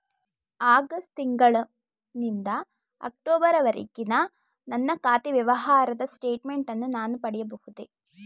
August ತಿಂಗಳು ನಿಂದ October ವರೆಗಿನ ನನ್ನ ಖಾತೆ ವ್ಯವಹಾರದ ಸ್ಟೇಟ್ಮೆಂಟನ್ನು ನಾನು ಪಡೆಯಬಹುದೇ?